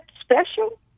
special